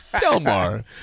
Delmar